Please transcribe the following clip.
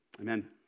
Amen